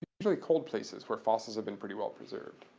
very cold places where fossils have been pretty well preserved.